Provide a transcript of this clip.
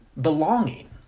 belonging